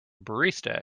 barista